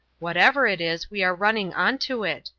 whatever it is, we are running on to it,